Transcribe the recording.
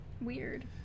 Weird